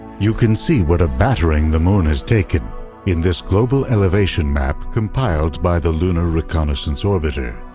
you can see what a battering the moon has taken in this global elevation map compiled by the lunar reconnaissance orbiter.